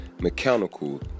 mechanical